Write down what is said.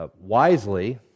Wisely